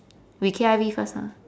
we K I V first ah